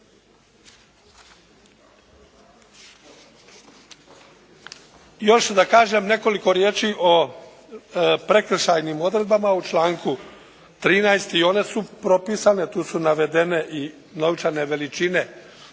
Još da kažem nekoliko riječi o prekršajnim odredbama u članku 13. i one su propisne, tu su navedene i novčane veličine